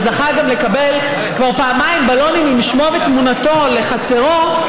וזכה גם לקבל פעמיים בלונים עם שמו ותמונתו לחצרו,